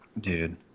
Dude